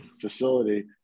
facility